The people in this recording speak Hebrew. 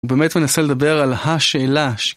הוא באמת מנסה לדבר על השאלה ש.